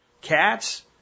Cats